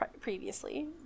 Previously